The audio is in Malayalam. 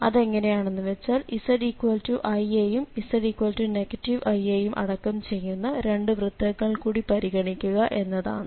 അത് എങ്ങനെയാണെന്ന് വെച്ചാൽ zi യെയും z i യെയും അടക്കം ചെയ്യുന്ന രണ്ട് വൃത്തങ്ങൾ കൂടി പരിഗണിക്കുക എന്നതാണ്